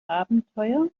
abenteuer